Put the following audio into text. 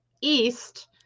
East